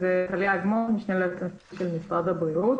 טליה אגמון, משנה ליועץ המשפטי של משרד הבריאות.